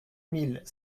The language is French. mille